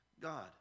God